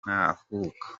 ntakuka